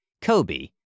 Kobe